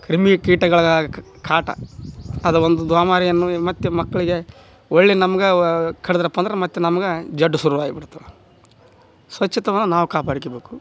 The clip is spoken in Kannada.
ಕ್ರಿಮಿಕೀಟಗಳ ಕಾಟ ಅದು ಒಂದು ದ್ವಾಮಾರಿಯನ್ನು ಮತ್ತು ಮಕ್ಕಳಿಗೆ ಒಳ್ಳೆಯ ನಮ್ಗೆ ಕಡಿದ್ರಪ್ಪ ಅಂದ್ರೆ ಮತ್ತೆ ನಮ್ಗೆ ಜಡ್ಡು ಶುರುವಾಯ್ ಬಿಡ್ತದೆ ಸ್ವಚ್ಛತೆಯ ನಾವು ಕಾಪಾಡ್ಕಬೇಕು